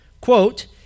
Quote